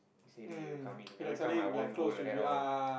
he say that you coming you never come I won't go like that all